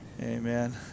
Amen